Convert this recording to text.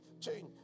change